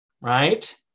right